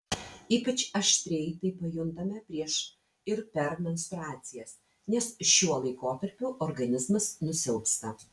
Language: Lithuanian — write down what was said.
ypač aštriai tai pajuntame prieš ir per menstruacijas nes šiuo laikotarpiu organizmas nusilpsta